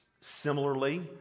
Similarly